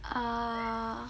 uh